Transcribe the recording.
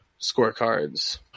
scorecards